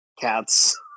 cats